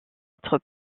être